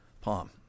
Palm